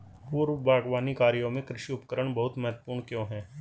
पूर्व बागवानी कार्यों में कृषि उपकरण बहुत महत्वपूर्ण क्यों है?